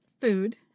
food